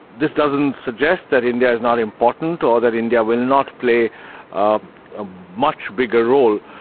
this doesn't suggest that india's not important, or that india will not play a much bigger role,